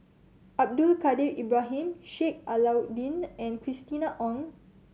Abdul Kadir Ibrahim Sheik Alau'ddin and Christina Ong